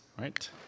Right